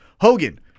Hogan